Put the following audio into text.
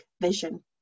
vision